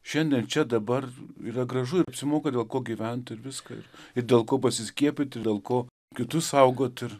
šiandien čia dabar yra gražu ir apsimoka dėl ko gyvent ir viską ir ir dėl ko pasiskiepyt ir dėl ko kitus saugot ir